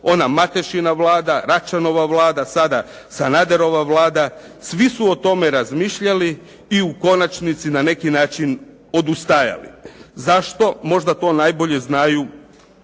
ona Matešina vlada, Račanova vlada, sada Sanaderova vlada, svi su o tome razmišljali i u konačnici na neki način odustajali. Zašto, možda to najbolje znaju